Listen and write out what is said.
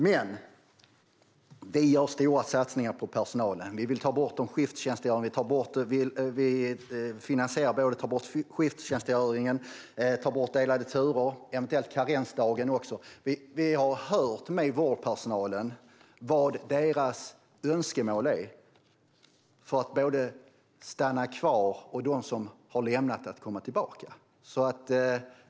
Vi vill göra stora satsningar på personalen. Vi finansierar ett borttagande av skifttjänstgöringen, delade turer och eventuellt också karensdagen. Vi har hört med vårdpersonalen vad deras önskemål är för att stanna kvar och för dem som har lämnat att komma tillbaka.